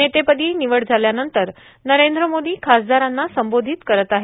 नेतेपदी निवड झाल्यानंतर नरेंद्र मोदी खासदारांना संबोधित करत आहेत